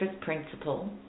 Principle